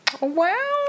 Wow